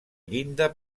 llinda